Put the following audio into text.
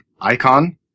Icon